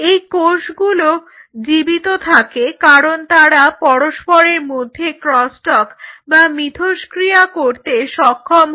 এই কোষগুলো জীবিত থাকে কারণ তারা পরস্পরের মধ্যে ক্রসটক বা মিথস্ক্রিয়া করতে সক্ষম হয়